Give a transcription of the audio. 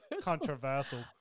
Controversial